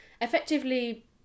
effectively